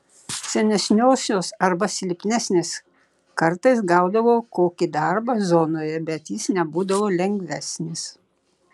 senesniosios arba silpnesnės kartais gaudavo kokį darbą zonoje bet jis nebūdavo lengvesnis